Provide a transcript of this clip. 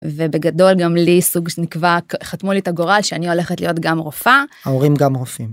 ובגדול גם לי סוג של נקבע, חתמו לי את הגורל שאני הולכת להיות גם רופאה. ההורים גם רופאים.